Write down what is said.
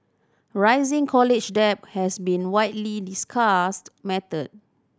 rising college debt has been a widely discussed matter